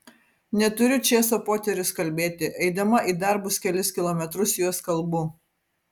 neturiu čėso poterius kalbėti eidama į darbus kelis kilometrus juos kalbu